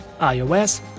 iOS